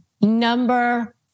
Number